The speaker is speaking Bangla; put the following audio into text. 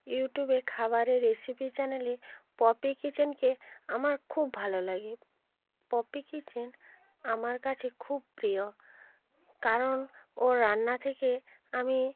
ইউটিউবে খাবারের রেসিপি চ্যানেলে পপি কিচেনকে আমার খুব ভালো লাগে পপি কিচেন আমার কাছে খুব প্রিয় কারণ ওর রান্না থেকে আমি